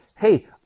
hey